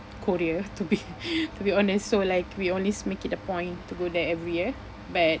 Korea to be to be honest so like we always make it a point to go there every year but